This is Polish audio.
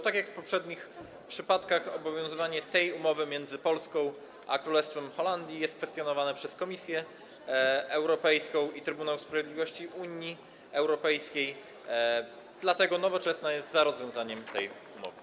Tak jak w poprzednich wypadkach obowiązywanie umowy między Polską a Królestwem Holandii jest kwestionowane przez Komisję Europejską i Trybunał Sprawiedliwości Unii Europejskiej, dlatego Nowoczesna jest za rozwiązaniem tej umowy.